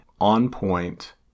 on-point